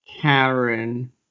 Karen